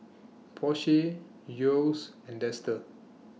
Porsche Yeo's and Dester